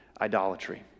idolatry